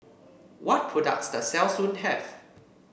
what products does Selsun have